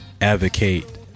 advocate